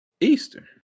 Easter